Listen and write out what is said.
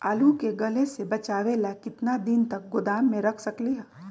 आलू के गले से बचाबे ला कितना दिन तक गोदाम में रख सकली ह?